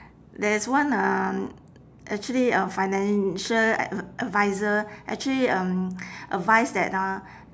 there's one uh actually a financial ad~ advisor actually um advise that ah